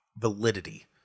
validity